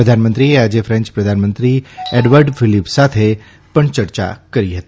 પ્રધાનમંત્રીએ આજે ફેન્ચ પ્રધાનમંત્રી એડવર્ડ ફીલીપ સાથે પણ ચર્ચા કરી હતી